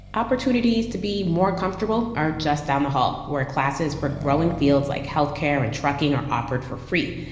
opportunities to be more comfortable are just down the hall, where training classes for growing fields like health care and trucking are offered for free.